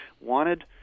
wanted